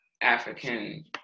African